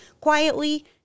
quietly